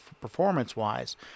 performance-wise